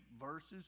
verses